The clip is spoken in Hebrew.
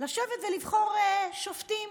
לשבת ולבחור שופטים: